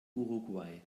uruguay